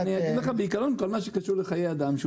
בעיקרון כל מה שקשור לחיי אדם,